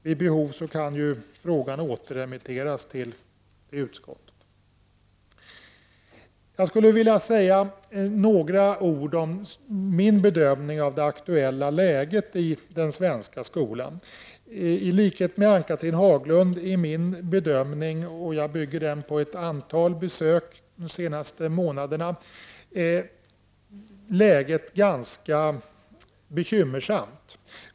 Vid behov kan ju frågan återremitteras till utskottet. Jag skulle vilja säga några ord om min bedömning av det aktuella läget i den svenska skolan. I likhet med Ann-Cathrine Haglund är min bedömning, som jag bygger på ett antal besök de senaste månaderna, att läget är ganska bekymmersamt.